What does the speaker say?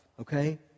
okay